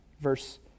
verse